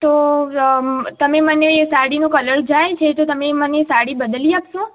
તો અ તમે મને એ સાડીનો કલર જાય છે તો તમે મને સાડી બદલી આપશો